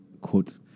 quote